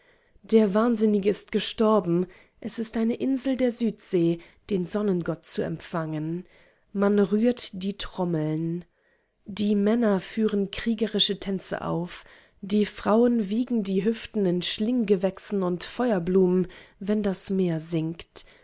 der wahnsinnige ist gestorben es ist eine insel der südsee den sonnengott zu empfangen man rührt die trommeln die männer führen kriegerische tänze auf die frauen wiegen die hüften in schlinggewächsen und feuerblumen wenn das meer singt